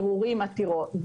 ערעורים ועתירות,